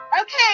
Okay